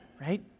right